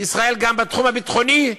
ישראל גם בתחום הביטחוני נכשלה.